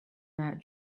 that